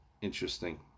interesting